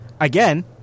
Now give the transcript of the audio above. again